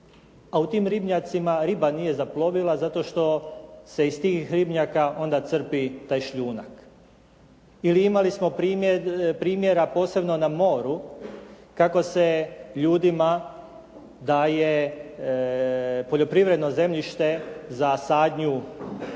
a u tim ribnjacima riba nije zaplovila zato što se iz tih ribnjaka onda crpi taj šljunak. Ili imali smo primjera posebno na moru kako se ljudima daje poljoprivredno zemljište za sadnju